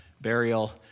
burial